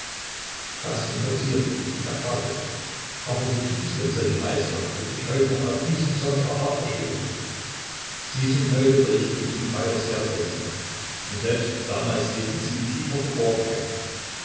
das interessierte ihn und er fragte aber wo gibt es denn solche meister die sich heute noch auf diese besondere art verstehen sie sind heute berichtete ich ihm weiter sehr selten und selbst damals lebten sie in tiefer verborgenheit